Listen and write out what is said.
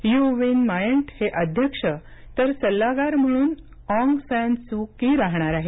you Win Myint हे अध्यक्ष तर सल्लागार म्हणून अँग सॅन सू की राहणार आहेत